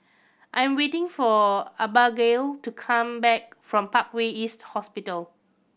I'm waiting for Abagail to come back from Parkway East Hospital